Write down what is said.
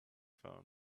phone